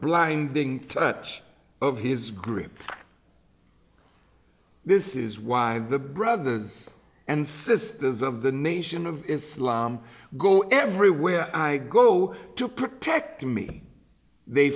blinding touch of his grip this is why the brothers and sisters of the nation of islam go everywhere i go to protect me they